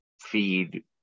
feed